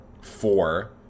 four